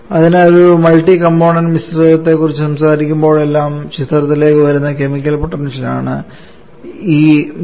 അതിനാൽ ഒരു multi component മിശ്രിതത്തെക്കുറിച്ച് സംസാരിക്കുമ്പോഴെല്ലാം ചിത്രത്തിലേക്ക് വരുന്ന കെമിക്കൽ പൊട്ടൻഷ്യൽ ആണ് ഈ μi